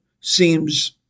seems